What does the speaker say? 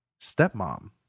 stepmom